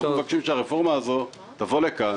אנחנו מבקשים שהרפורמה הזו תבוא לכאן,